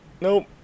Nope